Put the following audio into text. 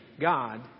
God